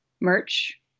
merch